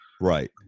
Right